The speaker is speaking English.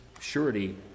surety